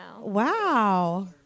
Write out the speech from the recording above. Wow